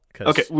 Okay